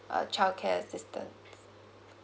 uh childcare system